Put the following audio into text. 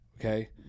okay